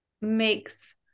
makes